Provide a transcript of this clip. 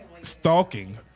stalking